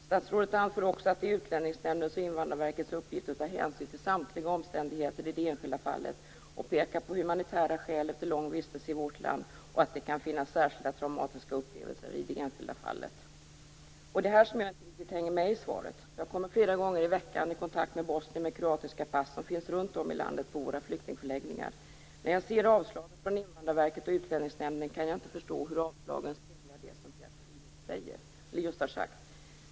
Statsrådet anför också att det är Utlänningsnämndens och Invandrarverkets uppgift att ta hänsyn till samtliga omständigheter i det enskilda fallet, pekar på humanitära skäl efter lång vistelse i vårt land och att det kan finnas särskilda traumatiska upplevelser i det enskilda fallet. Det är här som jag inte riktigt hänger med i svaret. Jag kommer flera gånger i veckan i kontakt med bosnier med kroatiska pass som finns runt om i landet på våra flyktingförläggningar. När jag ser avslagen från Invandrarverket och Utlänningsnämnden kan jag inte förstå hur avslagen speglar det Pierre Schori just har sagt.